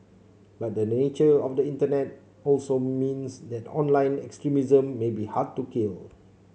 but the nature of the Internet also means that online extremism may be hard to kill